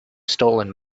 stolen